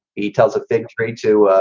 he tells a fig tree to,